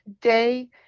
day